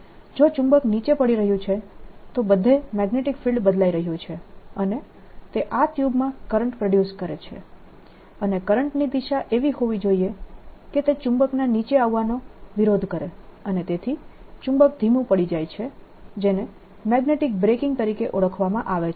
જો ચુંબક નીચે પડી રહ્યું છે તો બધે મેગ્નેટીક ફિલ્ડ બદલાઈ રહ્યું છે અને તે આ ટ્યુબમાં કરંટ પ્રોડ્યુસ કરે છે અને કરંટની દિશા એવી હોવી જોઈએ કે તે ચુંબકના નીચે આવવાનો વિરોધ કરે અને તેથી ચુંબક ધીમુ પડી જાય છે જેને મેગ્નેટીક બ્રેકિંગ તરીકે ઓળખવામાં આવે છે